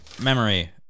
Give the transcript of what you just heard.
memory